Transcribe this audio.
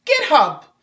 github